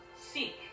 seek